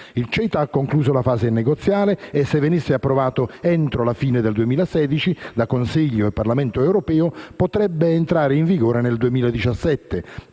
Il CETA ha concluso la fase negoziale e, se venisse approvato entro la fine del 2016 da Consiglio e Parlamento europei, potrebbe entrare in vigore nel 2017.